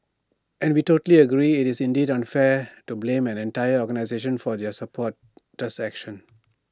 and we totally agree IT is indeed unfair to blame an entire organisation for their supporters actions